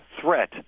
threat